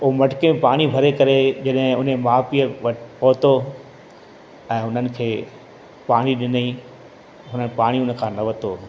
उहो मटके में पाणी भरे करे जॾहिं उन जे माउ पीउ वटि पहुतो ऐं उन्हनि खे पाणी ॾिनई पर पाणी उन खां न वरितो